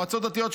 במועצות דתיות,